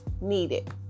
needed